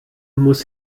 muss